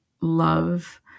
love